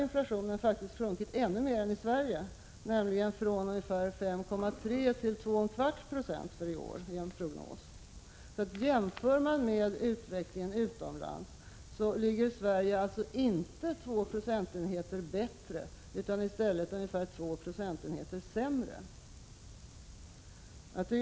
Inflationen har sjunkit mer i utlandet, från 5,3 20 1984 till 2,25 90 i en prognos för i år. Jämfört med OECD ligger Sverige alltså inte 2 procentenheter bättre, utan tvärtom 2 procentenheter sämre.